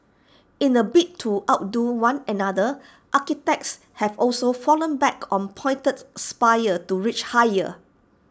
in A bid to outdo one another architects have also fallen back on pointed spires to reach higher